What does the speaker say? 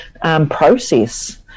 process